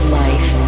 life